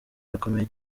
irakomeye